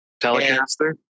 Telecaster